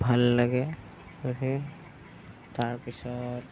ভাল লাগে তাৰপিছত